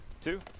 two